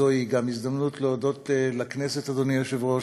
זוהי גם הזדמנות להודות לכנסת, אדוני היושב-ראש.